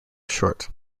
short